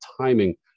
timing